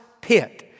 pit